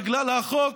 בגלל החוק